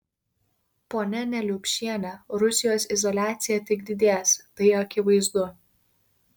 ponia neliupšiene rusijos izoliacija tik didės tai akivaizdu